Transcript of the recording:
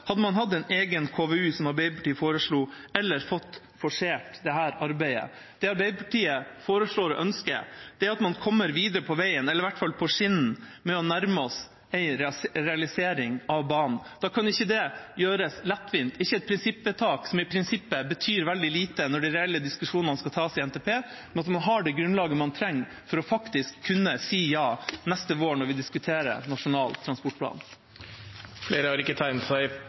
hadde man hatt en egen KVU, som Arbeiderpartiet foreslo, eller fått forsert dette arbeidet. Det Arbeiderpartiet foreslår og ønsker, er at man kommer videre på veien, eller i hvert fall på skinnene, med å nærme oss en realisering av banen. Da kan ikke det gjøres lettvint, med et prinsippvedtak som i prinsippet betyr veldig lite når de reelle diskusjonene skal tas i NTP, men man må ha det grunnlaget man trenger for faktisk å kunne si ja neste vår når vi diskuterer Nasjonal transportplan. Flere har ikke